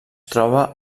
troba